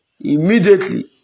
Immediately